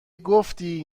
گفتی